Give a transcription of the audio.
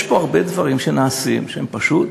יש פה הרבה דברים שנעשים שהם פשוט,